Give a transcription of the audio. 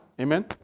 Amen